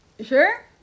sure